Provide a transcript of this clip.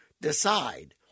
decide